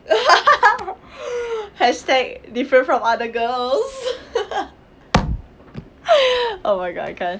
hashtag different from other girls oh my god I can't